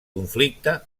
conflicte